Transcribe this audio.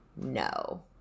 no